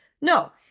No